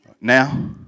Now